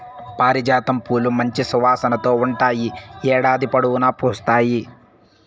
పారిజాతం పూలు మంచి సువాసనతో ఉంటాయి, ఏడాది పొడవునా పూస్తాయి